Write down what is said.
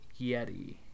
Yeti